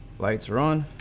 lights are on